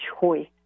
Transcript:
choice